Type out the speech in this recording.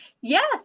yes